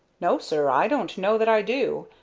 no, sir i don't know that i do.